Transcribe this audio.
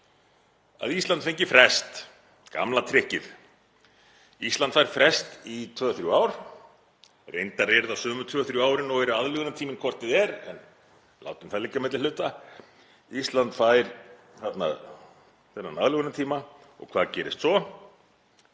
að Ísland fengi frest, gamla trikkið. Ísland fær frest í 2–3 ár, reyndar eru það sömu 2–3 árin og eru aðlögunartíminn hvort eð er. En látum það liggja á milli hluta. Ísland fær þarna þennan aðlögunartíma. Og hvað gerist svo?